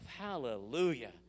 Hallelujah